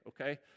okay